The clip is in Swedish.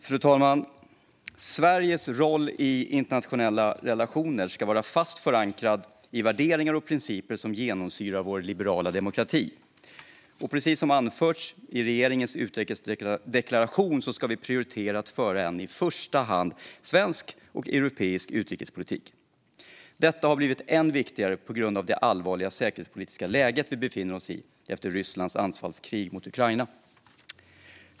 Fru talman! Sveriges roll i internationella relationer ska vara fast förankrad i värderingar och principer som genomsyrar vår liberala demokrati. Precis som anförts i regeringens utrikesdeklaration ska vi prioritera att föra en i första hand svensk och europeisk utrikespolitik. Detta har blivit än viktigare på grund av det allvarliga säkerhetspolitiska läge vi befinner oss i efter Rysslands anfallskrig mot Ukraina.